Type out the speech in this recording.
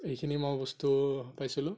এইখিনি মই বস্তু পাইছিলোঁ